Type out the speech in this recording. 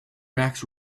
match